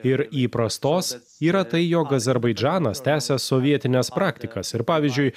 ir įprastos yra tai jog azerbaidžanas tęsia sovietines praktikas ir pavyzdžiui